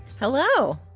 hello.